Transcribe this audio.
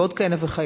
ועוד כהנה וכהנה: